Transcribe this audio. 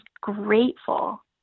grateful